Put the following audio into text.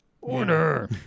Order